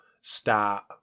start